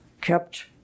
kept